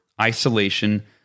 isolation